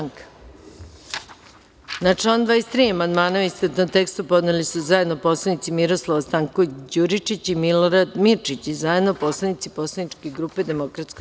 Na član 23. amandmane u istovetnom tekstu, podneli su zajedno poslanici Miroslava Stanković Đuričić i Milorad Mirčić i zajedno poslanici Poslaničke grupe DS.